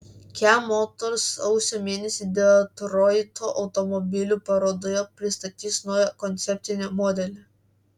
kia motors sausio mėnesį detroito automobilių parodoje pristatys naują koncepcinį modelį